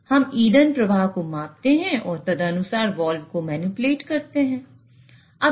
हम ईंधन प्रवाह को मापते हैं और तदनुसार वाल्व को मैनिपुलेट करते हैं